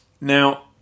Now